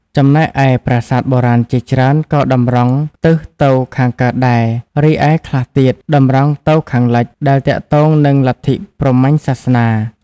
ចំណែកឯ ប្រាសាទបុរាណជាច្រើនក៏តម្រង់ទិសទៅខាងកើតដែរ រីឯខ្លះទៀតតម្រង់ទៅខាងលិច ដែលទាក់ទង នឹងលទ្ធិព្រហ្មញ្ញសាសនា។